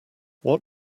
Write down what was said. what